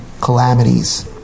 calamities